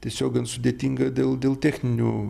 tiesiog gan sudėtinga dėl dėl techninių